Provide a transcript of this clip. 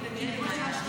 אני יכולה להמשיך?